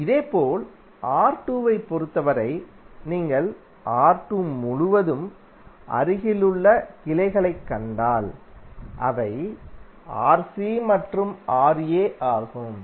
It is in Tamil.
இதேபோல் R2 ஐப் பொறுத்தவரை நீங்கள் R2 முழுவதும் அருகிலுள்ள கிளைகளைக் கண்டால் அவை Rc மற்றும் Ra ஆகும்